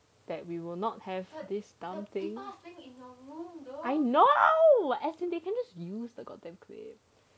that we will not have this dumb thing I know as in they can just use the got damn thing